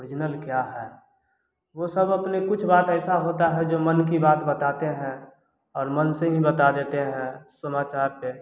original क्या है वो सब अपने कुछ बात ऐसा होता है जो मन की बात बताते हैं और मन से ही बता देते हैं सुना था आप पे